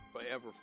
Forever